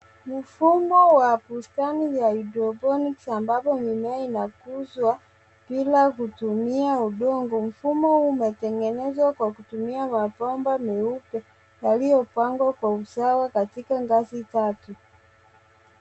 Mfumo wa bustani ya hydroponics ambapo mimea inakuzwa bila kutumia udongo. Mfumo huu umetengenezwa kwa kutumia mabomba meupe yaliyopangwa kwa usawa katika ngazi kati.